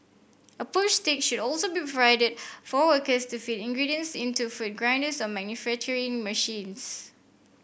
a push stick should also be provided for workers to feed ingredients into food grinders or manufacturing machines